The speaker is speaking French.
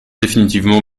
définitivement